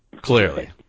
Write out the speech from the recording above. Clearly